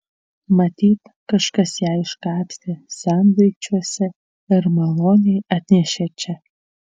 matyt kažkas ją iškapstė sendaikčiuose ir maloniai atnešė čia